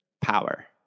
power